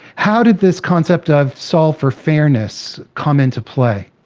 how did this concept of solve for fairness come into play?